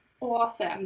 Awesome